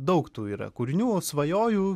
daug tų yra kūrinių svajoju